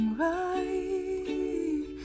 right